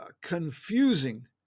confusing